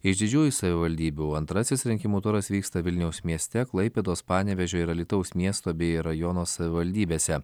išdidžiųjų savivaldybių antrasis rinkimų turas vyksta vilniaus mieste klaipėdos panevėžio ir alytaus miesto bei rajono savivaldybėse